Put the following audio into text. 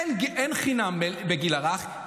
אין חינם בגיל הרך,